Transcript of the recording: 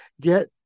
get